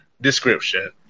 description